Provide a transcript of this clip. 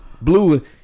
Blue